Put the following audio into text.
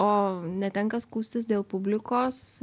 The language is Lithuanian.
o netenka skųstis dėl publikos